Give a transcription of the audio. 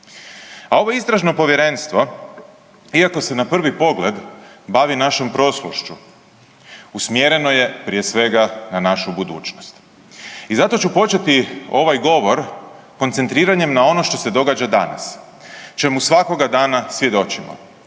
A ovo Istražno povjerenstvo, iako se na prvi pogled bavi našom prošlošću, usmjereno je, prije svega, na našu budućnost i zato ću početi ovaj govor koncentriranjem na ono što se događa danas, čemu svakoga dana svjedočimo,